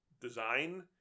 design